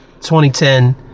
2010